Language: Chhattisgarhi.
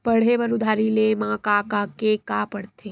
पढ़े बर उधारी ले मा का का के का पढ़ते?